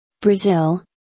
Brazil